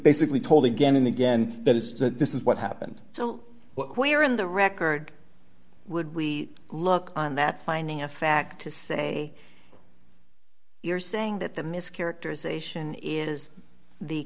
basically told again and again that is that this is what happened so where in the record would we look on that finding of fact to say you're saying that the mischaracterization is the